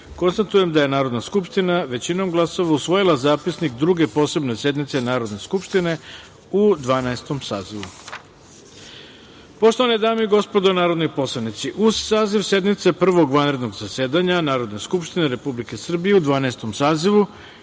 12.Konstatujem da je Narodna skupština većinom glasova usvojila Zapisnik Druge posebne sednice Narodne skupštine u Dvanaestom sazivu. Poštovane dame i gospodo narodni poslanici, uz saziv sednice Prvog vanrednog zasedanja Narodne skupštine Republike Srbije u Dvanaestom